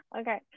Okay